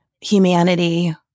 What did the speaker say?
humanity